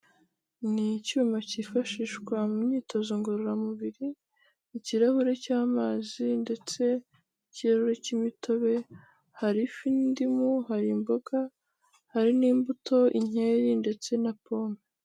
Ni icyuma cyifashishwa mu myitozo ngororamubiri, ikirahure cy'amazi, ndetse n'ikiru cy'imitobe harifu n'indimu, hari imboga, hari n'imbuto nkeri, ndetse na pome.